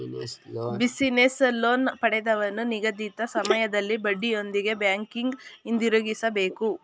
business loan ಪಡೆದವನು ನಿಗದಿತ ಸಮಯದಲ್ಲಿ ಬಡ್ಡಿಯೊಂದಿಗೆ ಬ್ಯಾಂಕಿಗೆ ಹಿಂದಿರುಗಿಸಬೇಕು